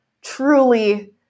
truly